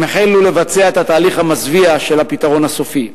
הם התחילו לבצע את התהליך המזוויע של "הפתרון הסופי".